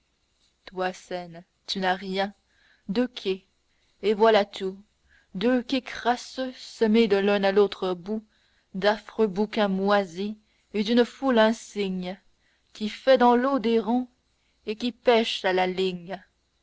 toi seine tu n'as rien deux quais et voilà tout deux quais crasseux semés de l'un à l'autre bout d'affreux bouquins moisis et d'une foule insigne qui fait dans l'eau des ronds et qui pêche à la ligne